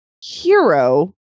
hero